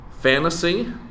fantasy